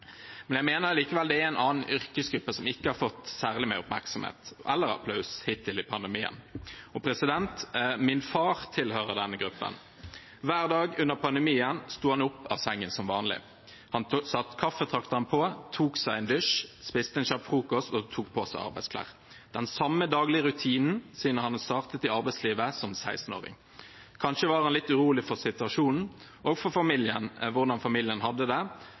Men jeg mener det er en annen yrkesgruppe som ikke har fått særlig mye oppmerksomhet eller applaus hittil under pandemien. Min far tilhører denne gruppen. Hver dag under pandemien sto han opp av sengen som vanlig. Han satte kaffetrakteren på, tok seg en dusj, spiste en kjapp frokost og tok på seg arbeidsklær – den samme daglige rutinen siden han startet i arbeidslivet som 16-åring. Kanskje var han litt urolig for situasjonen og for hvordan familien hadde det,